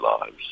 lives